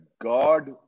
God